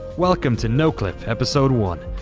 welcome to noclip, episode one,